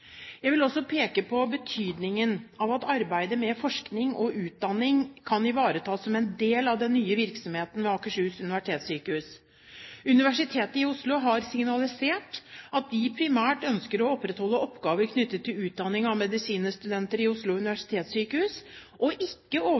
Jeg vil også peke på betydningen av at arbeidet med forskning og utdanning kan ivaretas som en del av den nye virksomheten ved Akershus universitetssykehus. Universitetet i Oslo har signalisert at de primært ønsker å opprettholde oppgaver knyttet til utdanning av medisinstudenter ved Oslo universitetssykehus og ikke